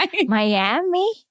Miami